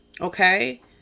okay